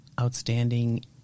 Outstanding